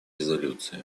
резолюции